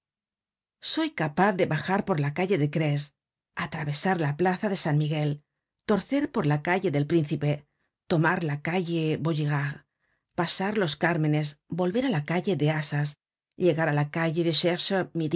soy capaz de bajar por la calle de grés atravesar la plaza de san miguel torcer por la calle del príncipe tomar la calle vaugirard pasar los cármenes volver á la calle de assas llegar á la calle de